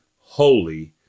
Holy